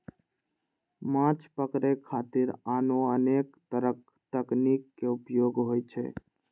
माछ पकड़े खातिर आनो अनेक तरक तकनीक के उपयोग होइ छै